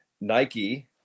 nike